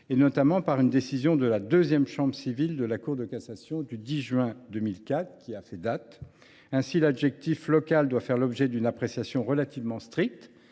notamment par un arrêt de la deuxième chambre civile de la Cour de cassation du 10 juin 2004, qui a fait date. Ainsi, l’exigence d’une tradition « locale » doit faire l’objet d’une appréciation relativement stricte,